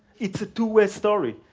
it's a two-way story.